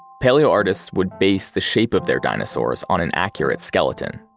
paleoartists would base the shape of their dinosaurs on an accurate skeleton.